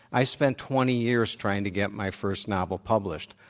i spent twenty years trying to get my first novel published.